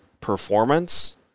performance